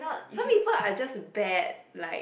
some people are just bad like